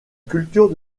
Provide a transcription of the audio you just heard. culture